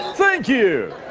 thank you!